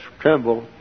tremble